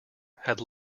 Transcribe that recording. had